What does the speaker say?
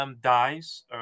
Dies